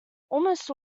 almost